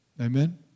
Amen